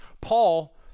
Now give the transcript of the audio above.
Paul